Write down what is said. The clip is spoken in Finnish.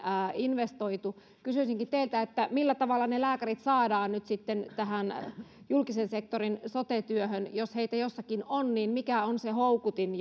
investoitu kysyisinkin teiltä millä tavalla ne lääkärit nyt saadaan tähän julkisen sektorin sote työhön jos heitä jossakin on niin mikä on se houkutin